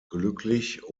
glücklich